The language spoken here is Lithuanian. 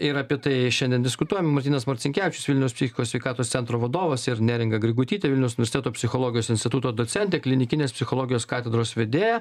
ir apie tai šiandien diskutuojam martynas marcinkevičius vilniaus psichikos sveikatos centro vadovas ir neringa grigutytė vilnius universiteto psichologijos instituto docentė klinikinės psichologijos katedros vedėja